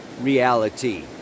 reality